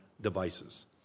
devices